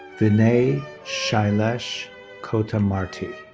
vinay shailesh kotamarti.